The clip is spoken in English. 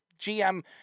GM